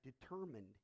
determined